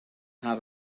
had